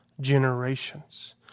generations